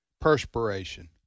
perspiration